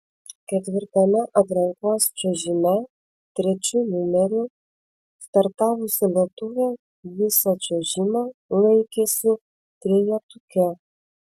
ketvirtame atrankos čiuožime trečiu numeriu startavusi lietuvė visą čiuožimą laikėsi trejetuke